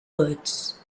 words